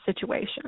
situation